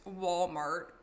Walmart